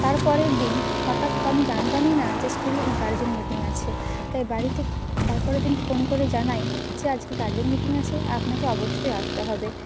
তার পরের দিন হঠাৎ ক আমি জানতামই না যে স্কুলে গার্জেন মিটিং আছে তাই বাড়িতে তার পরের দিন ফোন করে জানায় যে আজকে গার্জেন মিটিং আছে আপনাকে অবশ্যই আসতে হবে